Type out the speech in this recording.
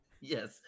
Yes